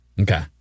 Okay